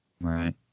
Right